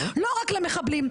לא רק למחבלים.